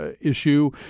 issue